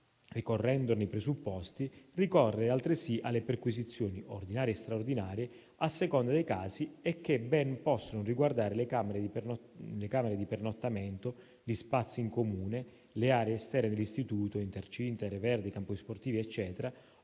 ricorrendone i presupposti, ricorrere alle perquisizioni ordinarie e straordinarie a seconda dei casi e che ben possono riguardare le camere di pernottamento, gli spazi in comune, le aree esterne dell'istituto (intercinte, aree verdi, campi sportivi, eccetera),